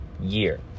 year